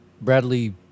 Bradley